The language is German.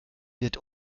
wird